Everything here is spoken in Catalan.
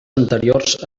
anteriors